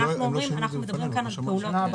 אנחנו מדברים כאן על פעולות.